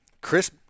Chris